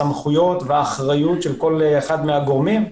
הסמכויות והאחריות של כל אחד מהגורמים,